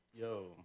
yo